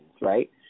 right